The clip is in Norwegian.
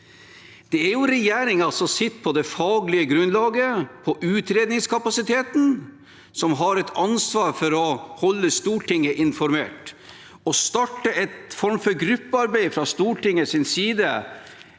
regjeringen som sitter på det faglige grunnlaget og på utredningskapasiteten, og som har et ansvar for å holde Stortinget informert. Å starte en form for gruppearbeid fra Stortingets side